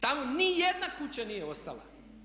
Tamo ni jedna kuća nije ostala.